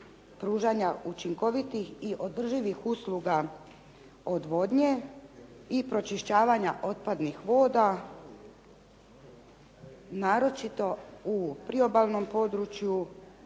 pružanja učinkovitih i održivih usluga odvodnje i pročišćavanja otpadnih voda naročito u priobalnom području